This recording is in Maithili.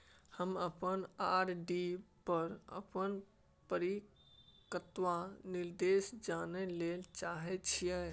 हम अपन आर.डी पर अपन परिपक्वता निर्देश जानय ले चाहय छियै